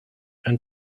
and